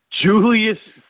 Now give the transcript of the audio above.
Julius